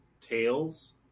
tails